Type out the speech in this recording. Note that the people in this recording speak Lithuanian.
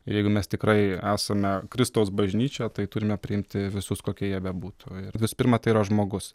jeigu mes tikrai esame kristaus bažnyčia tai turime priimti visus kokie jie bebūtų ir visų pirma tai yra žmogus